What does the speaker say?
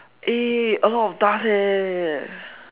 eh a lot of dust leh